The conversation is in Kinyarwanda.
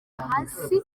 hasi